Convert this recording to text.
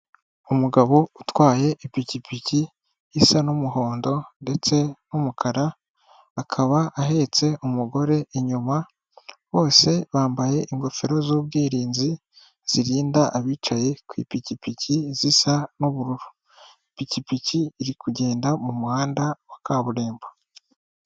Umugabo utwaye ipikipiki isa n'umuhondo ndetse n'umukara, akaba ahetse umugore inyuma, bose bambaye ingofero z'ubwirinzi zirinda abicaye ku ipikipiki zisa n'ubururu, ipikipiki iri kugenda mu muhanda wa kaburimbo.